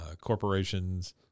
corporations